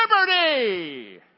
liberty